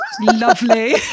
Lovely